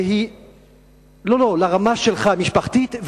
לרמה שלך המשפחתית,